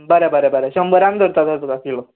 बरें बरें बरें शंबरांक दवरता तर तुका किलो